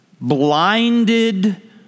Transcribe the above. blinded